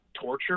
torture